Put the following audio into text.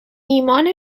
ایمان